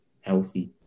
healthy